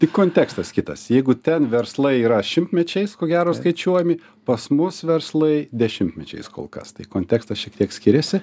tik kontekstas kitas jeigu ten verslai yra šimtmečiais ko gero skaičiuojami pas mus verslai dešimtmečiais kol kas tai kontekstas šiek tiek skiriasi